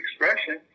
expression